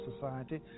society